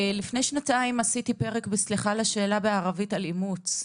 לפני שנתיים עשיתי פרק ב"סליחה על השאלה" בערבית על אימוץ.